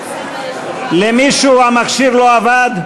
למישהו המכשיר לא עבד?